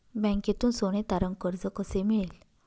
बँकेतून सोने तारण कर्ज कसे मिळेल?